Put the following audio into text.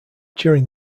during